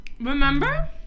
remember